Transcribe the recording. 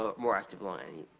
ah more active line,